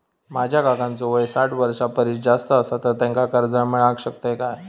माझ्या काकांचो वय साठ वर्षां परिस जास्त आसा तर त्यांका कर्जा मेळाक शकतय काय?